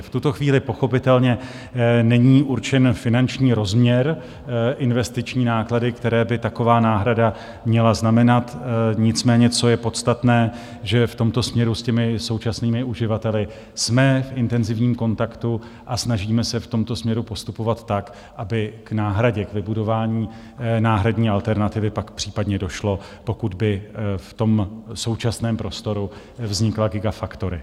V tuto chvíli pochopitelně není určen finanční rozměr, investiční náklady, které by taková náhrada měla znamenat, nicméně co je podstatné, že v tomto směru se současnými uživateli jsme v intenzivním kontaktu a snažíme se v tomto směru postupovat tak, aby k náhradě, k vybudování náhradní alternativy pak případně došlo, pokud by v tom současném prostoru vznikla gigafactory.